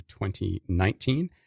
2019